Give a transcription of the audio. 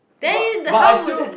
then you the how would the